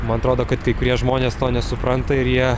man atrodo kad kai kurie žmonės to nesupranta ir jie